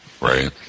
Right